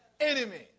enemy